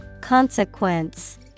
Consequence